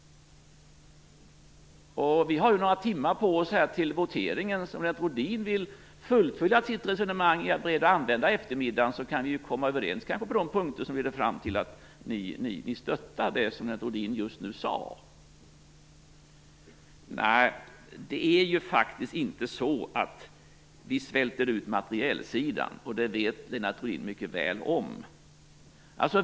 Vi har ju några timmar på oss till voteringen, så om Lennart Rohdin vill fullfölja sitt resonemang och är beredd att använda eftermiddagen kan ni kanske komma överens på de här punkterna och stödja det som Lennart Rohdin just sade. Det är faktiskt inte så att vi svälter ut materielsidan, och det vet Lennart Rohdin mycket väl.